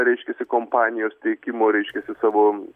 reiškiasi kompanijos teikimo reiškiasi savo